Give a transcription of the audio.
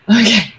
Okay